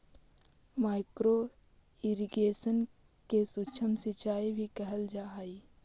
micro irrigation के सूक्ष्म सिंचाई भी कहल जा हइ